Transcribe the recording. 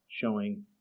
showing